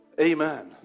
Amen